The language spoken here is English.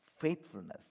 faithfulness